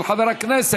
של חבר הכנסת